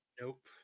Nope